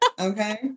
okay